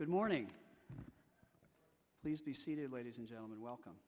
good morning please be seated ladies and gentlemen welcome